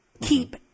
keep